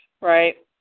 right